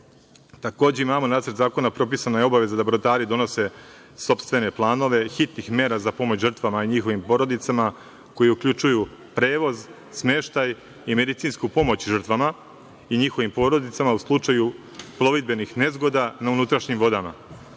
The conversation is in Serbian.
Nacrtom zakona propisana je obaveza da brodari donose sopstvene planove hitnih mera za pomoć žrtvama i njihovim porodicama koji uključuju prevoz, smeštaj i medicinsku pomoć žrtvama i njihovim porodicama u slučaju plovidbenih nezgoda na unutrašnjim vodama.